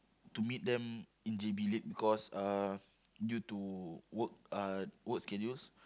to meet them in J_B late because uh due to work uh work schedules